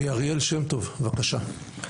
אריאל שם טוב, בבקשה.